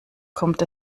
kommt